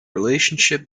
relationship